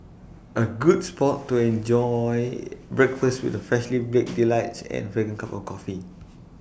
A good spot to enjoy breakfast with the freshly baked delights and fragrant cup of coffee